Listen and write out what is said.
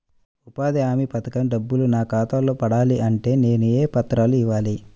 ఉపాధి హామీ పథకం డబ్బులు నా ఖాతాలో పడాలి అంటే నేను ఏ పత్రాలు ఇవ్వాలి?